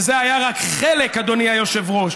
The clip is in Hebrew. וזה היה רק חלק, אדוני היושב-ראש.